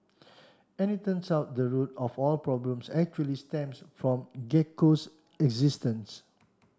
and it turns out the root of all problems actually stems from Gecko's existence